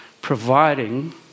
providing